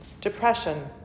depression